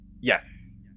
Yes